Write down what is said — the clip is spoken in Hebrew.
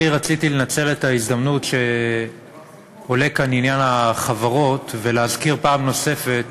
אני רציתי לנצל את ההזדמנות כשעולה כאן עניין החברות ולהזכיר פעם נוספת